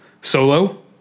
Solo